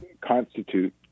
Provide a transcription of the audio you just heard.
constitute